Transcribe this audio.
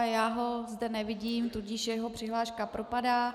Já ho zde nevidím, tudíž jeho přihláška propadá.